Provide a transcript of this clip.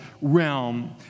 realm